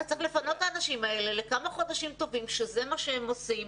אתה צריך לפנות את האנשים האלה לכמה חודשים טובים שזה מה שהם עושים.